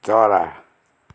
चरा